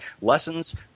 lessons